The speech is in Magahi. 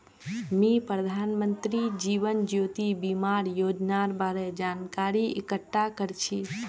मी प्रधानमंत्री जीवन ज्योति बीमार योजनार बारे जानकारी इकट्ठा कर छी